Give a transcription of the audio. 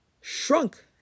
shrunk